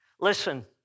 Listen